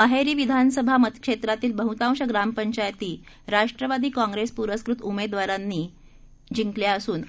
अहेरी विधानसभा क्षेत्रातील बहतांश ग्रामपंचायती राष्ट्रवादी काँग्रेस प्रस्कृतउमेदवारांनी काँग्रेसनं जिंकल्या असून